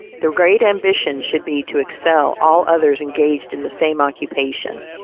the great ambition should be to excel all others engaged in the same occupation.